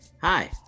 Hi